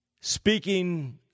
Speaking